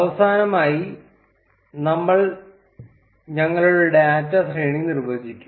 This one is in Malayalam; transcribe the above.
അവസാനമായി നമ്മൾ ഞങ്ങളുടെ ഡാറ്റ ശ്രേണി നിർവ്വചിക്കും